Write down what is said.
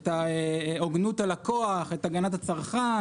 את ההוגנות על הכוח, את הגנת הצרכן.